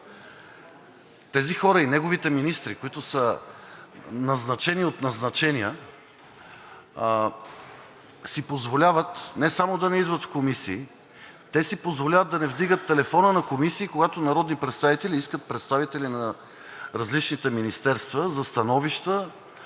Тези хора и неговите министри, които са назначени от назначения, си позволяват не само да не идват в комисии, те си позволяват да не вдигат телефона на комисии, когато народни представители искат представители на различните министерства за становища